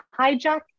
hijack